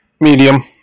Medium